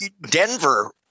Denver